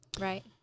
right